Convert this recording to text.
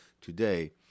today